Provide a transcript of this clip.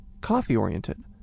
coffee-oriented